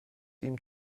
ihm